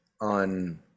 on